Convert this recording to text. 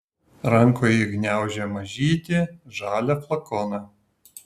rankoje ji gniaužė mažytį žalią flakoną